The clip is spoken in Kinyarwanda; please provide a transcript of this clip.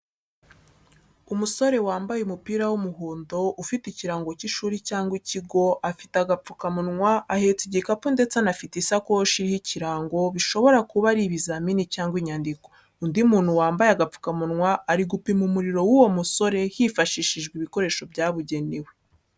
Umusore wambaye umupira w’umuhondo ufite ikirango cy’ishuri cyangwa ikigo afite agapfukamunwa yikoreye igikapu ndetse anafite isakoshi iriho ikirango bishobora kuba ari ibizamini cyangwa inyandiko. Undi muntu wambaye agapfukamunwa ari gupima umuriro w'uwo musore hifashishijwe ibikoresho byabugenewe.